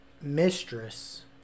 mistress